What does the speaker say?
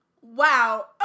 Wow